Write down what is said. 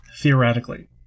theoretically